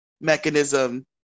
mechanism